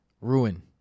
ruin